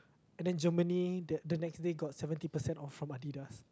and then Germany the the next day got seventy percent off from Adidas